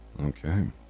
Okay